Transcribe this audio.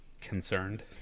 concerned